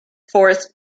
forrest